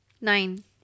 nine